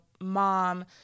mom